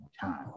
time